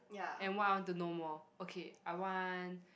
and what I want to know more okay I want